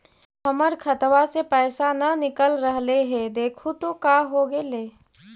हमर खतवा से पैसा न निकल रहले हे देखु तो का होगेले?